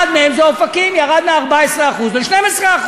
אחד מהם זה אופקים שירד מ-14% ל-12%.